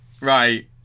Right